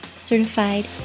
certified